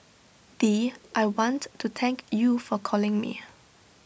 dee I want to thank you for calling me